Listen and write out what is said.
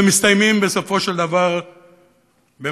והם מסתיימים בסופו של דבר במוות,